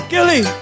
Gilly